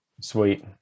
Sweet